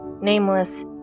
nameless